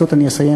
ובזאת אני אסיים.